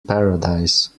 paradise